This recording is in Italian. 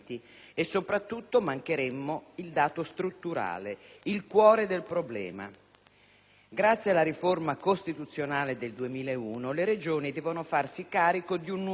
Grazie alla riforma costituzionale del 2001, le Regioni devono farsi carico di un numero consistente di funzioni,